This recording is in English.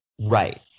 Right